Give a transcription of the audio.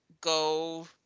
go